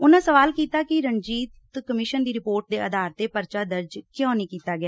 ਉਨੂਾਂ ਸਵਾਲ ਕੀਤਾ ਕਿ ਰਣਜੀਤ ਕਮਿਸ਼ਨ ਦੀ ਰਿਪੋਰਟ ਦੇ ਆਧਾਰ ਤੇ ਪਰਚਾ ਦਰਜ਼ ਕਿਉਂ ਨੀ ਕੀਤਾ ਗਿਆ